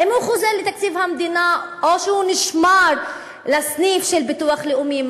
האם הוא חוזר לתקציב המדינה או שהוא נשמר לסניף של ביטוח לאומי?